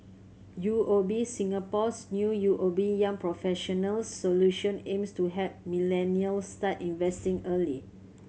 U O B Singapore's new U O B Young Professionals Solution aims to help millennials start investing early